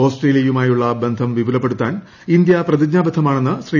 ഓസ്ട്രേലിയയുമായുള്ള ബന്ധം വിപുലപ്പെടുത്താൻ ഇന്ത്യ പ്രതിജ്ഞാബദ്ധമാണെന്ന് ശ്രീ